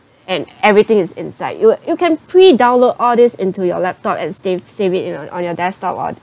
and everything is inside you you can pre-download all these into your laptop and save save it in your on your desktop or